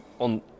on